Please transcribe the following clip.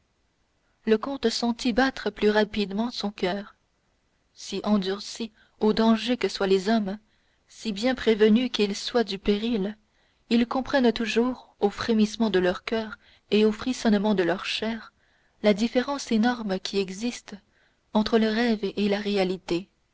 le comte sentit battre plus rapidement son coeur si endurcis au danger que soient les hommes si bien prévenus qu'ils soient du péril ils comprennent toujours au frémissement de leur coeur et au frissonnement de leur chair la différence énorme qui existe entre le rêve et la réalité